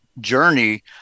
journey